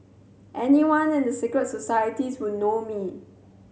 anyone in the secret societies would know me